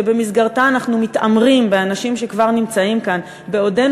שבמסגרתה אנחנו מתעמרים באנשים שכבר נמצאים כאן בעודנו